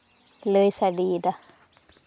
ᱞᱟᱹᱭ ᱥᱟᱰᱮᱭᱮᱫᱟ